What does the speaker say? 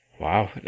Wow